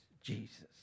Jesus